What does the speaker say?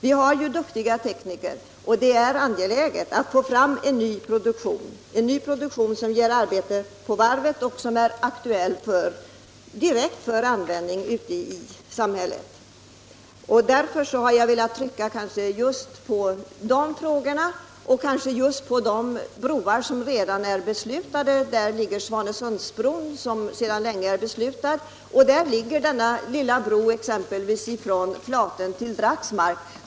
Vi har ju duktiga tekniker, och det är högst angeläget att få fram en ny produktion som ger arbete på varven, produkter som kan användas direkt ute i samhället. Därför har jag velat trycka på de frågorna och då främst på de broar som redan är beslutade. Jag tänker då bl.a. på Svanesundsbron, som sedan länge är beslutad. Som förslag lägger jag också en liten nätt bro som snabbt skulle kunna projekteras, nämligen från Flatön till Dragsmark.